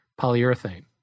Polyurethane